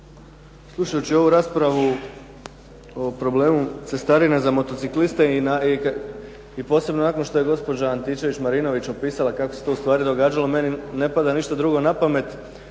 Slušajući ovu raspravu o problemu cestarine za motocikliste i posebno nakon što je gospođa Antičević-Marinović opisala kako se to ustvari događalo, meni ne pada ništa drugo na pamet